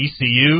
ECU